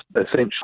essentially